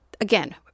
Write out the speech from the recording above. again